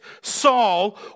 Saul